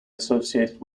associated